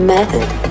Method